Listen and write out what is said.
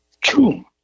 True